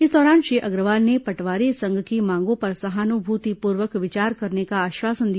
इस दौरान श्री अग्रवाल ने पटवारी संघ की मांगों पर सहानुभूति पूर्वक विचार करने का आश्वासन दिया